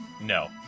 No